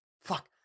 fuck